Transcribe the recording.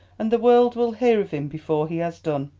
and the world will hear of him before he has done.